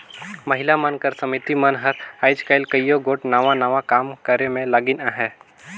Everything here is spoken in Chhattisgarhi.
महिला मन कर समिति मन हर आएज काएल कइयो गोट नावा नावा काम करे में लगिन अहें